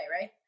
right